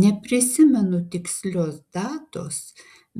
neprisimenu tikslios datos